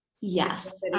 Yes